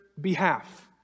behalf